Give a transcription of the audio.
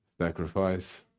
Sacrifice